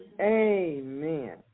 Amen